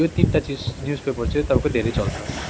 यो तिनवटा चिज न्युज पेपर चाहिँ तपाईँको धेरै चल्छ